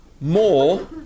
more